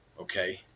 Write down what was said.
okay